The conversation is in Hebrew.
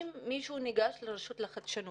אם מישהו ניגש לרשות לחדשנות,